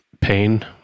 pain